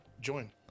join